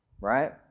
Right